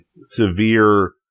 severe